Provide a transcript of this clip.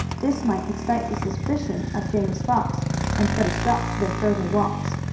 this might excite the suspicion of james fox and put a stop to their further walks.